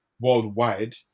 worldwide